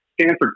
Stanford